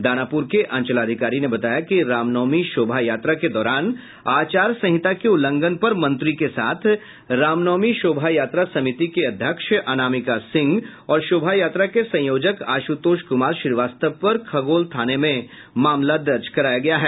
दानापुर के अंचलाधिकारी ने बताया कि रामनवमी शोभा यात्रा के दौरान आचार संहित के उल्लंघन पर मंत्री के साथ रामनवमी शोभा यात्रा समिति के अध्यक्ष अनामिका सिंह और शोभा यात्रा के संयोजक अशुतोष कुमार श्रीवास्तव पर खगौल थाने में मामला दर्ज कराया गया है